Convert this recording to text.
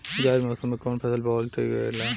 जायद मौसम में कउन फसल बोअल ठीक रहेला?